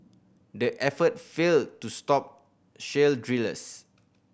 the effort failed to stop shale drillers